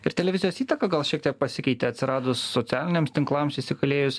ir televizijos įtaka gal šiek tiek pasikeitė atsiradus socialiniams tinklams įsigalėjus